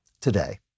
today